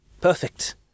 perfect